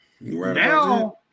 Now –